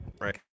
right